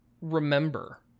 remember